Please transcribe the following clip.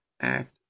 Act